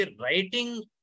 writing